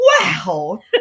Wow